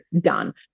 done